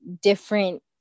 different